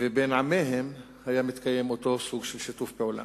שבין עמיהם היה מתקיים אותו סוג של שיתוף פעולה.